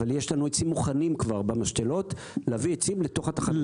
אבל יש לנו עצים מוכנים כבר במשתלות להביא עצים לתוך התחנות.